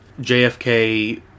JFK